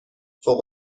فوق